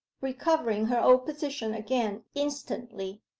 recovering her old position again instantly.